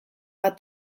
bat